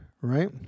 Right